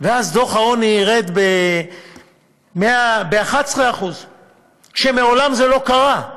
ואז דוח העוני ירד ב-11% מעולם זה לא קרה.